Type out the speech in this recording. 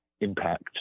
impact